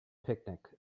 picnic